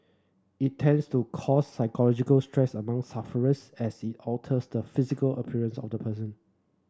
it tends to cause psychological stress among sufferers as it alters the physical appearance of the person